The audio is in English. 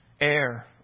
air